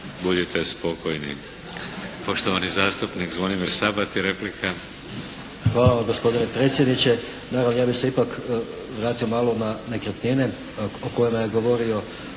Budite spokojni! Poštovani zastupnik Zvonimir Sabati. Replika. **Sabati, Zvonimir (HSS)** Hvala vam gospodine predsjedniče. Naravno, ja bih se ipak vratio malo na nekretnine o kojima je govorio